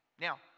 now